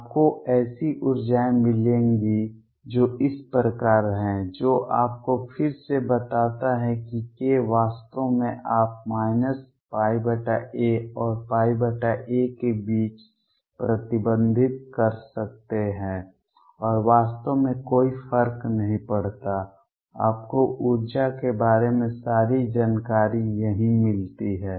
आपको ऐसी ऊर्जाएं मिलेंगी जो इस प्रकार हैं जो आपको फिर से बताता है कि k वास्तव में आप π a और a के बीच प्रतिबंधित कर सकते हैं और वास्तव में कोई फर्क नहीं पड़ता आपको ऊर्जा के बारे में सारी जानकारी यहीं मिलती है